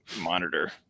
monitor